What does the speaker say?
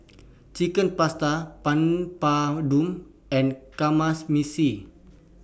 Chicken Pasta Papadum and